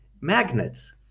magnets